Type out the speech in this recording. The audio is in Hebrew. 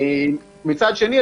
מצד שני,